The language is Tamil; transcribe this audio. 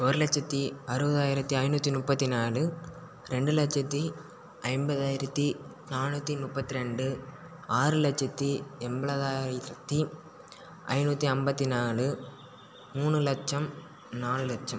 ஒரு லட்சத்து அறுபதாயிரத்தி ஐநூற்றி முப்பத்தி நாலு ரெண்டு லட்சத்து ஐம்பதாயிரத்து நானூற்றி முப்பத்தி ரெண்டு ஆறு லட்சத்து எம்ப்லதாயிரத்து ஐநூற்றி ஐம்பத்தி நாலு மூணு லட்சம் நாலு லட்சம்